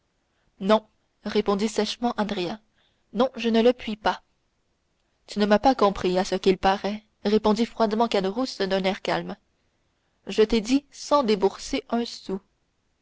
non répondit sèchement andrea non je ne le puis pas tu ne m'as pas compris à ce qu'il paraît répondit froidement caderousse d'un air calme je t'ai dit sans débourser un sou